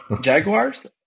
Jaguars